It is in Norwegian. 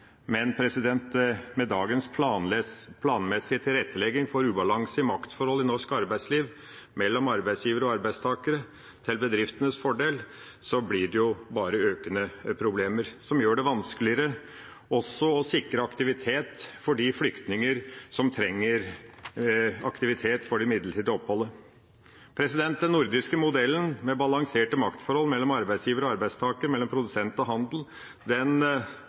Men med dagens planmessige tilrettelegging for ubalanse i maktforholdene i norsk arbeidsliv mellom arbeidsgivere og arbeidstakere til bedriftenes fordel blir det bare økende problemer, som gjør det vanskeligere også å sikre aktivitet for de flyktninger som trenger aktivitet for det midlertidige oppholdet. Den nordiske modellen med balanserte maktforhold mellom arbeidsgivere og arbeidstakere, mellom produsent og handel, er under veldig press, og den